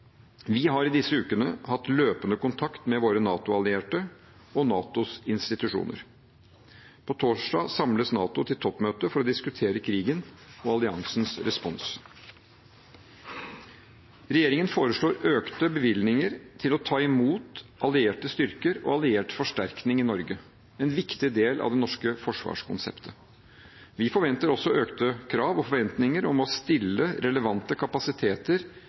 Vi har i disse ukene hatt løpende kontakt med våre NATO-allierte og NATOs institusjoner. På torsdag samles NATO til toppmøte for å diskutere krigen og alliansens respons. Regjeringen foreslår økte bevilgninger til å ta imot allierte styrker og alliert forsterkning i Norge – en viktig del av det norske forsvarskonseptet. Vi forventer også økte krav og forventninger om å stille relevante kapasiteter